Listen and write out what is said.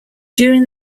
during